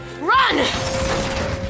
run